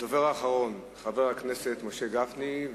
הדובר האחרון, חבר הכנסת משה גפני.